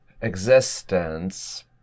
...existence